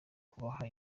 bukabaha